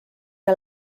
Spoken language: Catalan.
que